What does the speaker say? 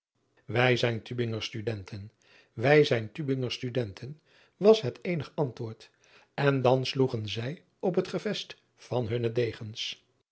ij zijn ubinger tudenten wij zijn ubinger tudenten was het eenig antwoord en dan sloegen zij op het gevest van hunne degens